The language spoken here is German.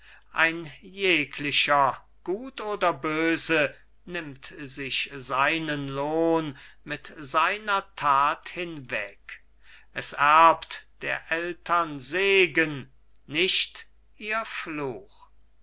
ein jeglicher gut oder böse nimmt sich seinen lohn mit seiner that hinweg es erbt der eltern segen nicht ihr fluch